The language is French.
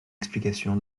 explication